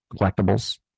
collectibles